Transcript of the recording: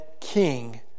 King